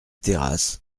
terrasse